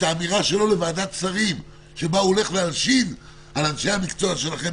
את האמירה שלו לוועדת השרים שבה הוא הולך להלשין על אנשי המקצוע שלכם,